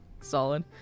Solid